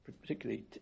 particularly